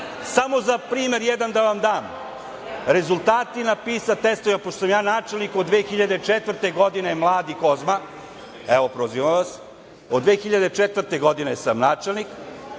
za primer, jedan da vam dam – rezultati na PISA testovima, pošto sam ja načelnim od 2004. godine „Mladih Kozma“, evo prozivam vas, od 2004. godine sam načelnik,